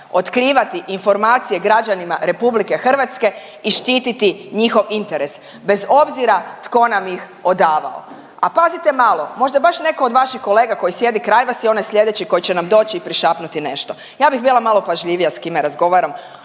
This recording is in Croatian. otkrivati informacije građanima RH i štititi njihov interes bez obzira tko nam ih odavao. A pazite malo možda baš netko od vaših kolega koji sjedi kraj vas je onaj slijedeći koji će nam doći i prišapnuti nešto. Ja bih bila malo pažljivija s kime razgovaram